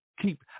keep